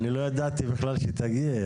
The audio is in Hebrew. אני לא ידעתי בגלל שתגיעי.